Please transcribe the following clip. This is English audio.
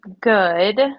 good